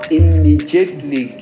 immediately